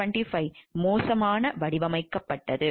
Therac 25 மோசமாக வடிவமைக்கப்பட்டது